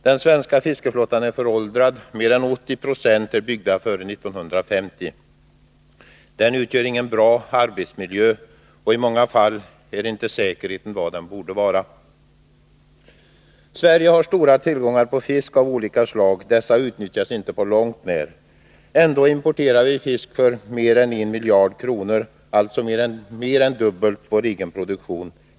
Den svenska fiskeflottan är föråldrad. Mer än 80 96 är fartyg byggda före 1950. Den utgör ingen bra arbetsmiljö, och i många fall är inte säkerheten vad den borde vara. Sverige har stora tillgångar på fisk av olika slag. Dessa utnyttjas inte på långt när. Ändå importerar vi fisk för mer än 1 miljard kronor, alltså mer än dubbelt vår egen produktion.